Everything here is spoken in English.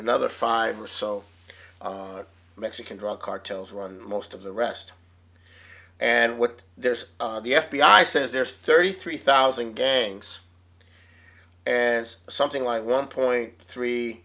another five or so mexican drug cartels run most of the rest and what there's the f b i says there's thirty three thousand gangs and something like one point three